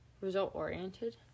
Result-oriented